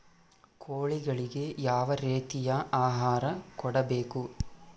ಕೋಳಿಗಳಿಗೆ ಯಾವ ರೇತಿಯ ಆಹಾರ ಕೊಡಬೇಕು?